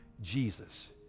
jesus